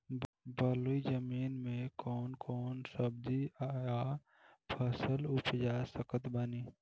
बलुई जमीन मे कौन कौन सब्जी या फल उपजा सकत बानी?